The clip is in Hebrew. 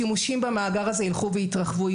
השנים השימושים במאגר הזה ילכו ויתרחבו.